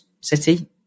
City